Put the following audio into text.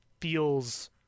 feels